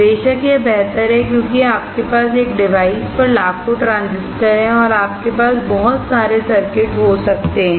बेशक यह बेहतर है क्योंकि आपके पास एक डिवाइस पर लाखों ट्रांजिस्टर हैं और आपके पास बहुत सारे सर्किट हो सकते हैं